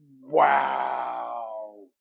Wow